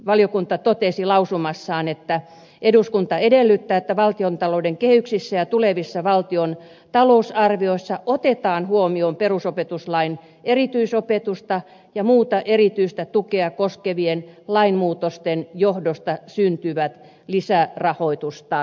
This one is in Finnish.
valiokunta totesi lausumassaan että eduskunta edellyttää että valtiontalouden kehyksissä ja tulevissa valtion talousarvioissa otetaan huomioon perusopetuslain erityisopetusta ja muuta erityistä tukea koskevien lainmuutosten johdosta syntyvät lisärahoitustarpeet